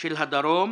של הדרום,